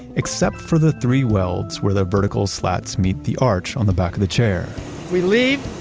except for the three welds where the vertical slats meet the arch on the back of the chair we leave